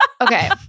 Okay